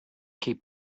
keep